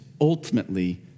ultimately